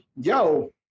yo